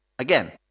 Again